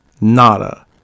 Nada